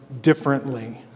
differently